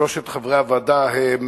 שלושת חברי הוועדה הם: